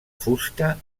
fusta